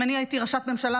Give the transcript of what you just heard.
אם אני הייתי ראשת ממשלה,